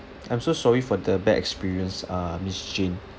I'm so sorry for the bad experience uh miss jane